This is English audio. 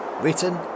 written